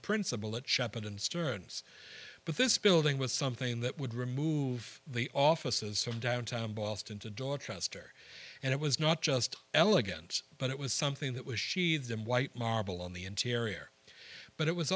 principal at shop and stearns but this building was something that would remove the offices from downtown boston to dorchester and it was not just elegant but it was something that was she them white marble on the interior but it was